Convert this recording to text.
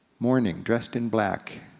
mourning, dressed in black